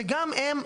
וגם הם,